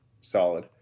solid